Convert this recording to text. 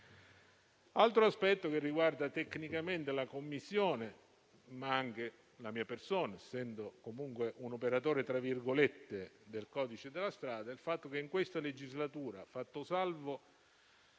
altro aspetto che riguarda tecnicamente la Commissione ma anche la mia persona, essendo comunque un "operatore del codice della strada", è il fatto che in questa legislatura, fatto salvo